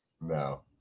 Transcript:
No